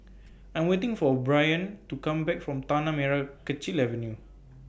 I Am waiting For Bryon to Come Back from Tanah Merah Kechil Avenue